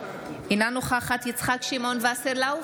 אינה נוכחת יצחק שמעון וסרלאוף,